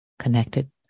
connected